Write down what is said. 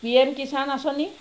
P M Kisan আঁচনি